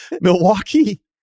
Milwaukee